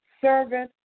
servant